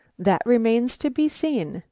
that remains to be seen,